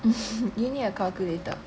you need a calculator